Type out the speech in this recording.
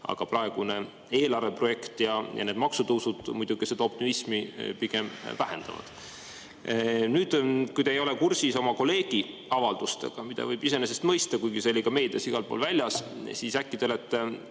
Aga praegune eelarve projekt ja need maksutõusud muidugi seda optimismi pigem vähendavad. Nüüd, kui te ei ole kursis oma kolleegi avaldustega, mida võib iseenesest mõista, kuigi see oli ka meedias igal pool väljas, siis äkki te olete